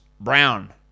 Brown